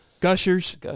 Gushers